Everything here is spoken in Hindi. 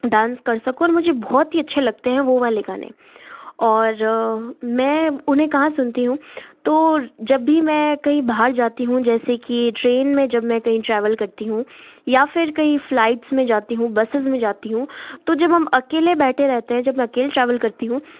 डांस कर सकूँ मुझे बहुत ही अच्छे लगते हैं वो वाले गाने और मैं उन्हें कहाँ सुनती हूँ तो जब भी मैं कहीं बाहर जाती हूँ जैसे कि ट्रेन मैं जब मैं कहीं ट्रैवल करती हूँ या फिर कहीं फ्लाइट्स में जाती हूँ बसेस में जाती हूँ तो जब हम अकेले बैठे रहते हैं जब मैं अकेले ट्रैवल करती हूँ